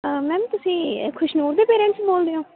ma'am ਤੁਸੀਂ ਖੁਸ਼ਨੂਰ ਦੇ parents ਬੋਲਦੇ ਹੋ